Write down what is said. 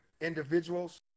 individuals